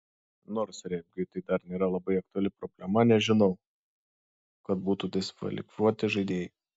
nors regbiui tai dar nėra labai aktuali problema nežinau kad būtų diskvalifikuoti žaidėjai